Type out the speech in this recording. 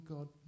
God